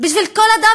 בשביל כל אדם,